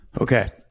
okay